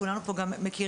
כולנו פה גם מכירים.